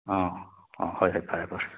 ꯑ ꯍꯣꯏ ꯍꯣꯏ ꯐꯔꯦ ꯐꯔꯦ